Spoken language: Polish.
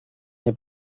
nie